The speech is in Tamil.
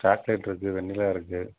சாக்லேட் இருக்குது வென்னிலா இருக்குது